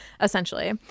essentially